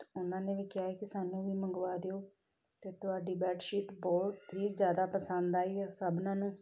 ਉਹਨਾਂ ਨੇ ਵੀ ਕਿਹਾ ਹੈ ਕਿ ਸਾਨੂੰ ਵੀ ਮੰਗਵਾ ਦਿਓ ਅਤੇ ਤੁਹਾਡੀ ਬੈੱਡ ਸ਼ੀਟ ਬਹੁਤ ਹੀ ਜ਼ਿਆਦਾ ਪਸੰਦ ਆਈ ਆ ਸਭਨਾ ਨੂੰ